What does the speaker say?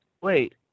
Wait